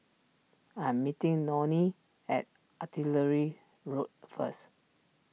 I am meeting Nonie at Artillery Road first